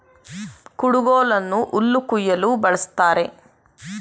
ಕುಡುಗೋಲನ್ನು ಹುಲ್ಲು ಕುಯ್ಯಲು ಬಳ್ಸತ್ತರೆ